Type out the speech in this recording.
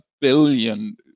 billion